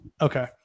Okay